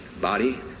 Body